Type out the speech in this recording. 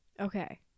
Okay